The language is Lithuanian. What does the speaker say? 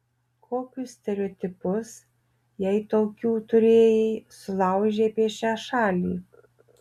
kokius stereotipus jei tokių turėjai sulaužei apie šią šalį